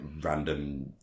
random